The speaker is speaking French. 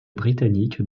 britannique